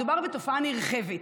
מדובר בתופעה נרחבת,